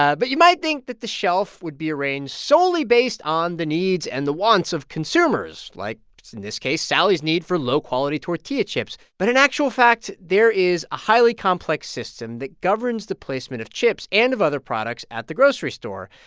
ah but you might think that the shelf would be arranged solely based on the needs and the wants of consumers, like, in this case, sally's need for low-quality tortilla chips. but in actual fact, there is a highly complex system that governs the placement of chips and of other products at the grocery store.